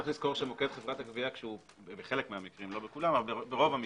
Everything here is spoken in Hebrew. מוקד חברת הגבייה ברוב המקרים,